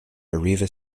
arriva